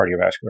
cardiovascular